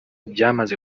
byamaze